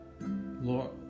Lord